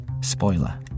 Spoiler